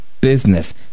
business